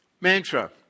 Mantra